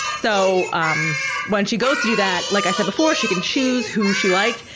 so um when she goes to do that, like i said before, she can choose who she liked.